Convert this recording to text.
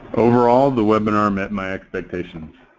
overall the webinar met my expectations.